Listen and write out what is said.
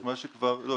לא.